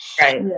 Right